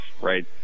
right